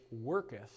worketh